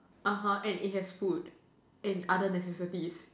(uh huh) and it has food and other necessities